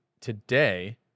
today